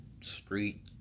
street